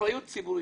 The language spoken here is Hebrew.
אחריות ציבורית.